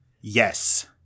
Yes